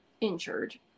injured